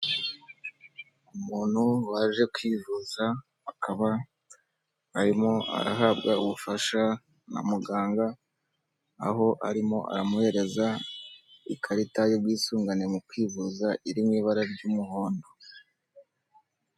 Umuntu waje kwivuza akaba arimo arahabwa ubufasha na muganga, aho arimo aramuhereza ikarita y'ubwisungane mu kwivuza iri mu ibara ry'umuhondo.